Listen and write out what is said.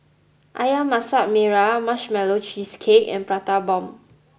Ayam Masak Merah Marshmallow Cheesecake and Prata Bomb